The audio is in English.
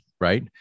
right